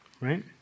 right